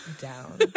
down